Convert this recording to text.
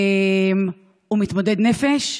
הוא מתמודד נפש,